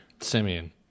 Simeon